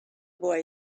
boy